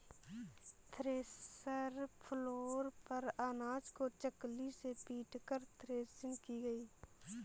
thresher floor पर अनाज को चकली से पीटकर थ्रेसिंग की गई